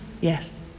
yes